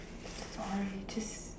sorry just